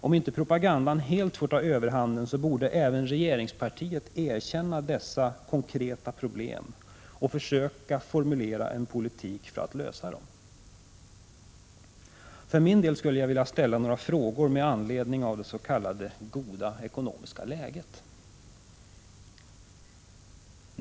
Om inte propagandan helt får ta överhanden borde även regeringspartiet erkänna dessa konkreta problem och försöka forma en politik för att lösa dem. För min del skulle jag vilja ställa några frågor med anledning av det s.k. goda ekonomiska läget.